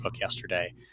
yesterday